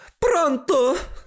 pronto